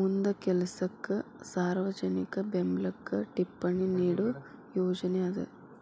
ಮುಂದ ಕೆಲಸಕ್ಕ ಸಾರ್ವಜನಿಕ ಬೆಂಬ್ಲಕ್ಕ ಟಿಪ್ಪಣಿ ನೇಡೋ ಯೋಜನಿ ಅದ